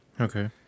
okay